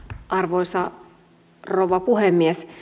arvoisa rouva puhemies